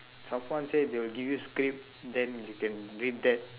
someone said they will give you script then you can read that